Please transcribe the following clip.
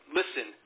listen